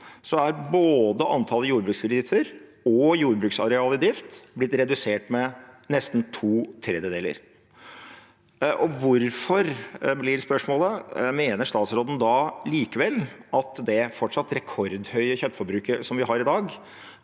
er både antall jordbruksbedrifter og jordbruksareal i drift blitt redusert med nesten to tredjedeler. Hvorfor, blir spørsmålet, mener statsråden da likevel at det fortsatt rekordhøye kjøttforbruket vi har i dag,